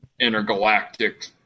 Intergalactic